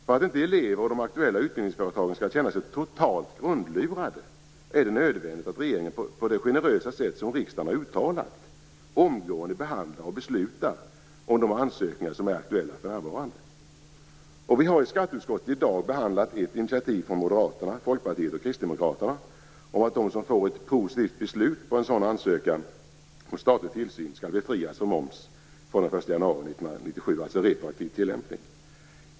För att inte eleverna och de aktuella utbildningsföretagen skall känna sig totalt grundlurade är det nödvändigt att regeringen på det generösa sätt som riksdagen har uttalat omgående behandlar och beslutar om de ansökningar som är aktuella för närvarande. I dag har vi i skatteutskottet behandlat ett initiativ från Moderaterna, Folkpartiet och Kristdemokraterna om att de som får ett positivt beslut på en sådan ansökan om statlig tillsyn skall befrias från moms från den 1 januari 1997, dvs. en retroaktiv tillämpning.